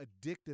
addictive